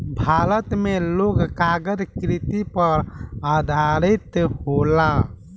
भारत मे लोग कागज कृषि पर आधारित होला